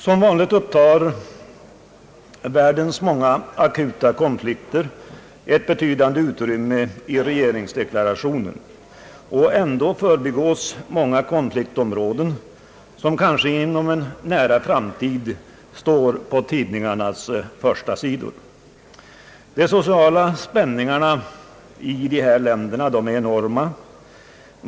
Som vanligt upptar världens många akuta konflikter ett betydande utrymme i regeringsdeklarationen, och ändå förbigås många konfliktområden som kanske inom en nära framtid står på tidningarnas förstasidor. De sociala spänningarna i dessa länder är enorma.